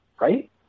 right